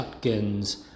Chutkin's